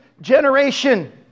generation